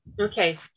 okay